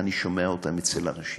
ואני שומע אותם אצל אנשים: